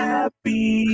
Happy